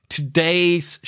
Today's